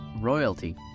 royalty